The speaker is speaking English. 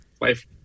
life